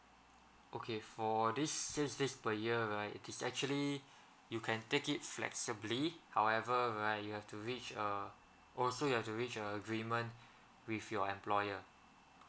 okay for this six days per year right it is actually you can take it flexibly however right you have to reach a also you have to reach a agreement with your employer